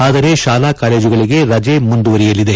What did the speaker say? ಆದರೆ ಶಾಲಾ ಕಾಲೇಜುಗಳಿಗೆ ರಜೆ ಮುಂದುವರಿಯಲಿದೆ